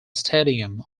stadium